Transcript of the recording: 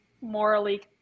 morally